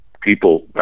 people